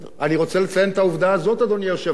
אני רוצה לציין את העובדה הזו, אדוני היושב-ראש.